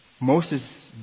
Moses